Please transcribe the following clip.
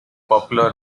popular